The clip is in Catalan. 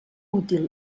útil